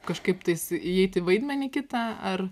kažkaip tais įeiti į vaidmenį kitą ar